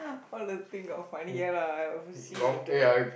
all the thing got funny ya lah I must see the internet